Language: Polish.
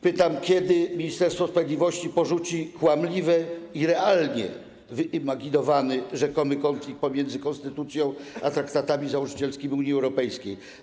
Pytam, kiedy Ministerstwo Sprawiedliwości porzuci kłamliwy i realnie wyimaginowany rzekomy konflikt pomiędzy konstytucją a traktatami założycielskimi Unii Europejskiej.